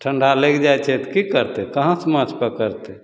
ठण्डा लागि जाइ छै तऽ कि करतै कहाँसे माछ पकड़तै